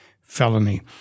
felony